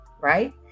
Right